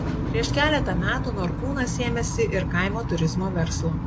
prieš keletą metų norkūnas ėmėsi ir kaimo turizmo verslo